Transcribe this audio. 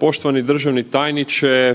poštovani državni tajniče